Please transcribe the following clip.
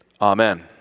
Amen